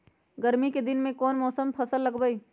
गर्मी के दिन में कौन कौन फसल लगबई?